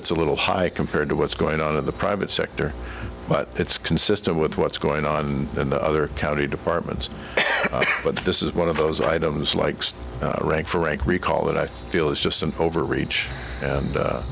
it's a little high compared to what's going on in the private sector but it's consistent with what's going on in the other county departments but this is one of those items likes right for a recall that i feel is just an overreach and a